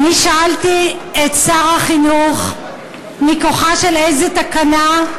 שאלתי את שר החינוך מכוחה של איזה תקנה,